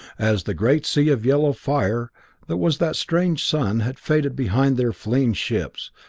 as the great sea of yellow fire that was that strange sun had faded behind their fleeing ships,